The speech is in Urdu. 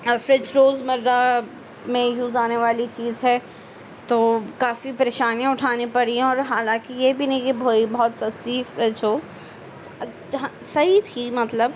اور فریج روزمرہ میں یوز آنے والی چیز ہے تو کافی پریشانیاں اٹھانی پڑی ہیں حالانکہ یہ بھی نہیں کہ یہ بہت سستی فریج ہو صحیح تھی مطلب